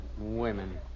Women